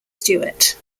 stewart